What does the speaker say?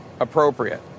appropriate